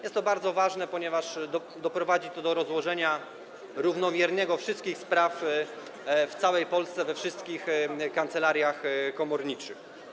Jest to bardzo ważne, ponieważ doprowadzi to do równomiernego rozłożenia wszystkich spraw w całej Polsce, we wszystkich kancelariach komorniczych.